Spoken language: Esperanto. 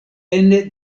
ene